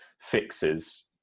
fixes